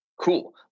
cool